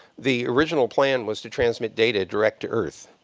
the original plan was to transmit data direct to earth.